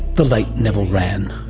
the late neville wran.